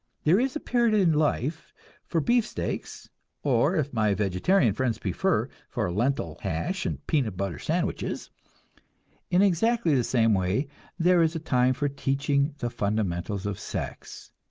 there is a period in life for beefsteaks or, if my vegetarian friends prefer, for lentil hash and peanut butter sandwiches in exactly the same way there is a time for teaching the fundamentals of sex,